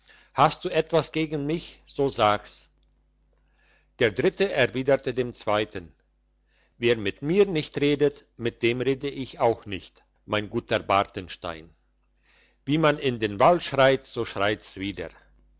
hast du etwas gegen mich so sag's der dritte erwiderte dem zweiten wer mit mir nicht redet mit dem rede ich auch nicht mein guter bartenstein wie man in den wald schreit so schreit's wider